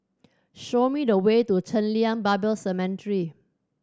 show me the way to Chen Lien Bible Seminary